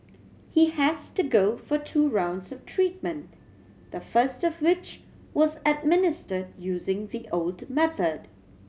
he has to go for two rounds of treatment the first of which was administer using the old method